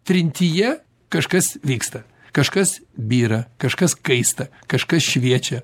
trintyje kažkas vyksta kažkas byra kažkas kaista kažkas šviečia